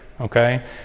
okay